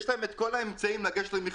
יש להן את כל האמצעים לגשת למכרזים.